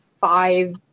five